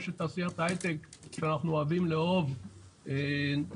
שתעשיית ההיי-טק שאנחנו אוהבים לאהוב דורש.